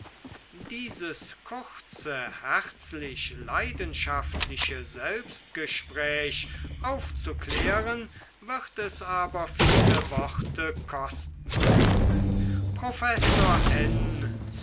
dieses kurze herzlich leidenschaftliche selbstgespräch aufzuklären wird es aber viele worte kosten professor